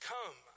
Come